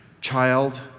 child